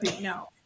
no